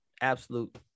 absolute